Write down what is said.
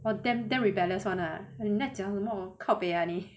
for them that rebellious [one] leh 什么 kaobei ah 你